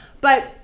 But-